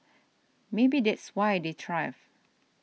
maybe that's why they thrived